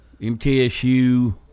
MTSU